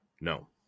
No